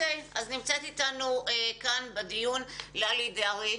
נמצאת ללי דרעי,